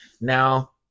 now